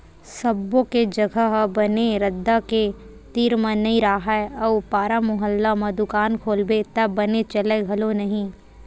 सब्बो के जघा ह बने रद्दा के तीर म नइ राहय अउ पारा मुहल्ला म दुकान खोलबे त बने चलय घलो नहि